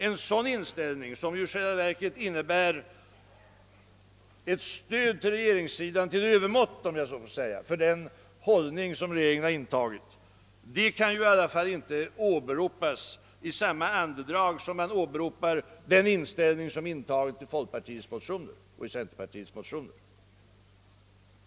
En sådan inställning, som i själva verket innebär ett stöd till övermått för den hållning som regeringen i propositionen har intagit, kan i alla fall inte åberopas i samma andedrag som man åberopar den inställning som folkpartiets och centerpartiets riksdagsledamöter intagit i sina motioner.